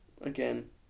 again